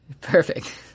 Perfect